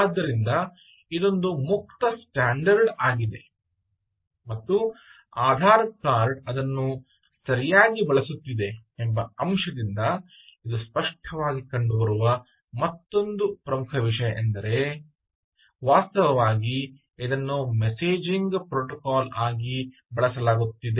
ಆದ್ದರಿಂದ ಇದೊಂದು ಮುಕ್ತ ಸ್ಟ್ಯಾಂಡರ್ಡ್ ಆಗಿದೆ ಮತ್ತು ಆಧಾರ್ ಕಾರ್ಡ್ ಅದನ್ನು ಸರಿಯಾಗಿ ಬಳಸುತ್ತಿದೆ ಎಂಬ ಅಂಶದಿಂದ ಇದು ಸ್ಪಷ್ಟವಾಗಿ ಕಂಡುಬರುವ ಮತ್ತೊಂದು ಪ್ರಮುಖ ವಿಷಯ ಎಂದರೆ ವಾಸ್ತವವಾಗಿ ಇದನ್ನು ಮೆಸೇಜಿಂಗ್ ಪ್ರೋಟೋಕಾಲ್ ಆಗಿ ಬಳಸಲಾಗುತ್ತಿದೆ